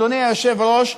אדוני היושב-ראש,